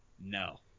no